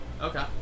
Okay